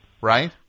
Right